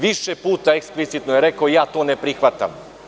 Više puta eksplicitno je rekao – ja to ne prihvatam.